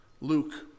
Luke